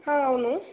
అవును